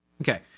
Okay